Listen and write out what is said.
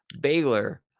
baylor